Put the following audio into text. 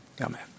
amen